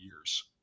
years